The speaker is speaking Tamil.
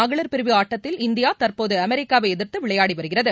மகளிர் பிரிவு ஆட்டத்தில் இந்தியா தற்போது அமெரிக்காவை எதிர்த்து விளையாடி வருகிறது